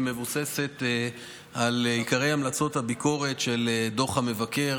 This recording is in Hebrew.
היא מבוססת על עיקרי המלצות הביקורת של דוח המבקר.